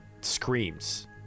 screams